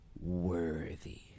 worthy